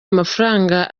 amafaranga